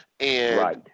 Right